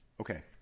Okay